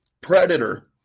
Predator